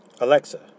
Alexa